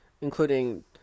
including